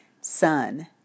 Sun